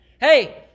Hey